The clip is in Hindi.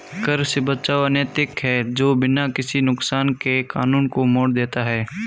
कर से बचाव अनैतिक है जो बिना किसी नुकसान के कानून को मोड़ देता है